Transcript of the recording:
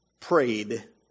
prayed